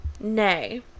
nay